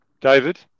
David